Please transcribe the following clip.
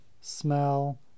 smell